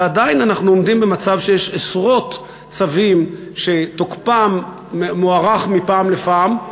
ועדיין אנחנו עומדים במצב שיש עשרות צווים שתוקפם מוארך מפעם לפעם.